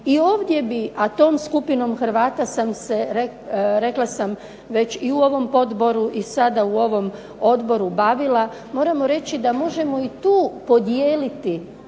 žive, a tom skupinom hrvata sam rekla već, u ovom Odboru i sada u ovom odboru bavila, možemo reći da tu možemo podijeliti,